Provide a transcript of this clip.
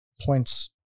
points